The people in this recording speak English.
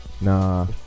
Nah